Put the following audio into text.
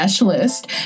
List